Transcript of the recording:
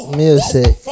music